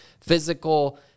physical